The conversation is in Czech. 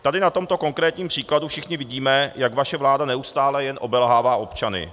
Tady na tomto konkrétním příkladu všichni vidíme, jak vaše vláda jen neustále obelhává občany.